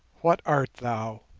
what art thou,